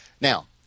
Now